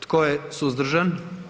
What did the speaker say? Tko je suzdržan?